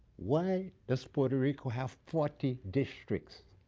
why does puerto rico have forty districts,